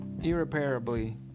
irreparably